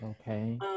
okay